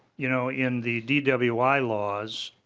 you know in the dwi lawsif